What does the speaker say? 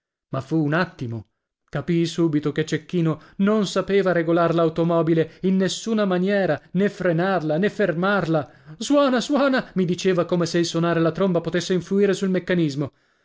ma fu un attimo capii subito che cecchino non sapeva regolar l'automobile in nessuna maniera né frenarla né fermarla suona suona mi diceva come se il sonare la tromba potesse influire sul meccanismo